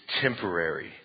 temporary